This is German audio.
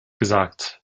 gesagt